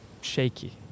shaky